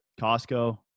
Costco